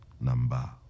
number